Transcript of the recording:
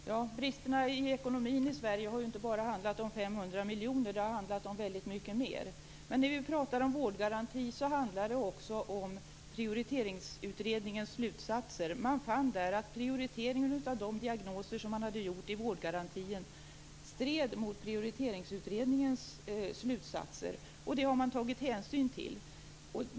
Herr talman! Bristerna i ekonomin i Sverige har inte bara handlat om 500 miljoner. Det har handlat om väldigt mycket mer. När vi pratar om vårdgarantin måste vi också nämna prioriteringsutredningens slutsatser. Man fann att prioriteringen av de diagnoser som man hade gjort i vårdgarantin stred mot prioriteringsutredningens slutsatser. Det har man tagit hänsyn till.